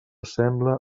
sembla